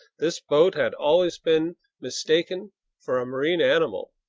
this boat had always been mistaken for a marine animal.